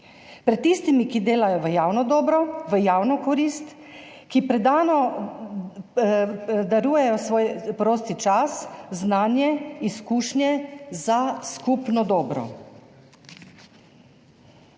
pred tistimi, ki delajo v javno dobro, v javno korist, ki predano darujejo svoj prosti čas, znanje, izkušnje za skupno dobro.